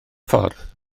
ffordd